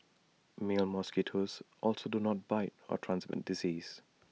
male mosquitoes also do not bite or transmit disease